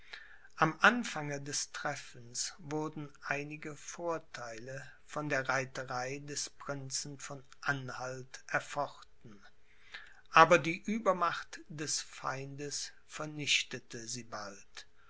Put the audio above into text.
am anfange des treffens wurden einige vortheile von der reiterei des prinzen von anhalt erfochten aber die uebermacht des feindes vernichtete sie bald